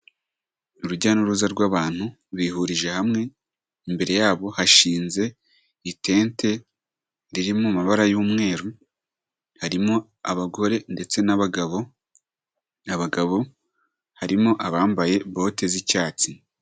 Urujya n'uruza rw'abantu bihurije hamwe, imbere yabo hashinze itente riri mu mabara y'umweru, harimo abagore ndetse n'abagabo, abagabo harimo abambaye bote z'icyatsi.